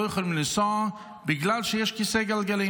לא יכולים לנסוע בגלל שיש כיסא גלגלים,